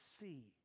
see